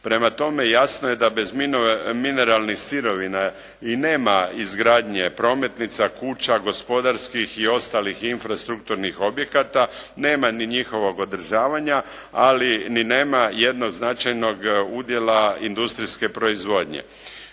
Prema tome, jasno je da bez mineralnih sirovina i nema izgradnje prometnica, kuća, gospodarskih i ostalih infrastrukturnih objekata, nema ni njihovog održavanja li ni nema jednoznačajnog udjela industrijske proizvodnje.